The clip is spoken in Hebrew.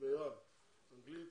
אנגלית,